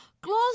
Close